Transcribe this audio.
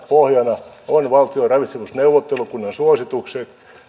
pohjana ovat valtion ravitsemusneuvottelukunnan suositukset